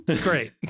great